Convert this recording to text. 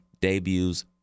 debuts